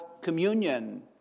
communion